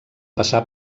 passar